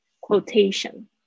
Quotation